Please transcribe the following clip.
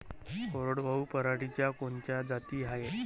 कोरडवाहू पराटीच्या कोनच्या जाती हाये?